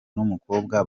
n’umukobwa